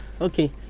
Okay